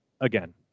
again